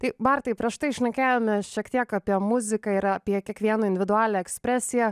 tai bartai prieš tai šnekėjome šiek tiek apie muziką ir apie kiekvieno individualią ekspresiją